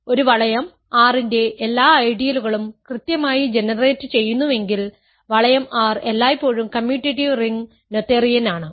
അതിനാൽ ഒരു വളയം R ന്റെ എല്ലാ ഐഡിയലുകളും കൃത്യമായി ജനറേറ്റുചെയ്യുന്നുവെങ്കിൽ വളയം R എല്ലായ്പ്പോഴും കമ്മ്യൂട്ടേറ്റീവ് റിംഗ് നോതേറിയൻ ആണ്